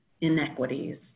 inequities